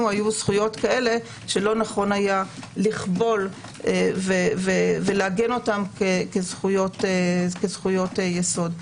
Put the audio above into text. היו כאלה שלא נכון היה לכבול ולעגן אותן כזכויות יסוד.